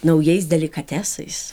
naujais delikatesais